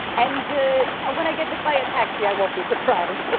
and you know, when i get hit by a taxi, i won't be surprised,